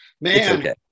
Man